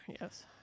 Yes